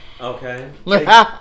Okay